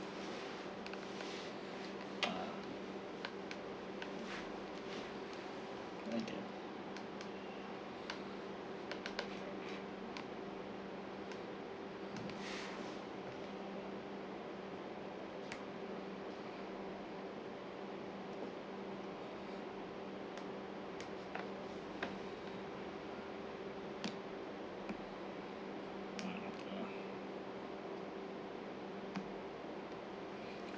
ah okay mm